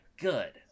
good